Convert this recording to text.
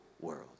world